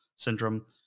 syndrome